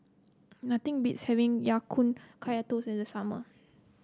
nothing beats having Ya Kun Kaya Toast in the summer